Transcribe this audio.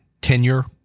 tenure